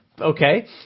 Okay